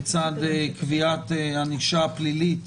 בצד קביעת ענישה פלילית